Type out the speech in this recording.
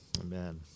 amen